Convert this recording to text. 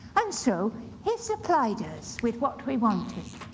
and so he supplied us with what we wanted,